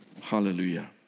Hallelujah